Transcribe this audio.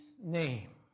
name